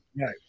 Right